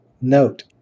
note